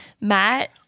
Matt